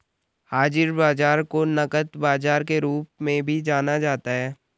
हाज़िर बाजार को नकद बाजार के रूप में भी जाना जाता है